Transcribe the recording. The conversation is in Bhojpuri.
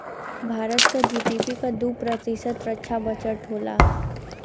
भारत क जी.डी.पी क दो प्रतिशत रक्षा बजट होला